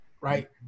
Right